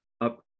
up